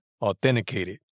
authenticated